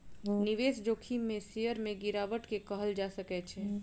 निवेश जोखिम में शेयर में गिरावट के कहल जा सकै छै